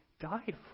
Died